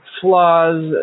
flaws